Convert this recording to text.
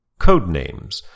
Codenames